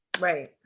right